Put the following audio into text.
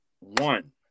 one